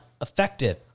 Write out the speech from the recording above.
effective